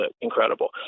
incredible